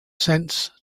sense